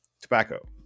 tobacco